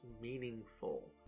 meaningful